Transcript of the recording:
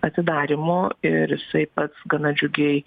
atidarymo ir jisai pats gana džiugiai